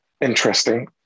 interesting